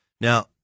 Now